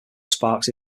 sparks